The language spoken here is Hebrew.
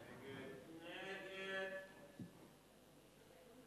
ההסתייגות מס'